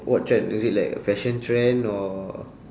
what trend is it like a fashion trend or